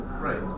Right